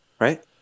right